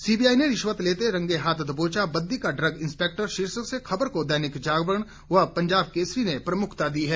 CBI ने रिश्वत लेते रंगे हाथ दबोचा बद्दी का ड्रग इंस्पेक्टर शीर्षक से खबर को दैनिक जागरण व पंजाब केसरी ने प्रमुखता दी है